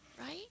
right